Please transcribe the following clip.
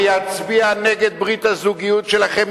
אני אצביע נגד ברית הזוגיות שלכם,